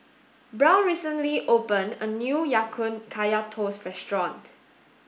Brown recently opened a new Ya Kun Kaya toast restaurant